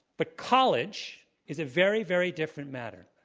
but college is a very, very different matter.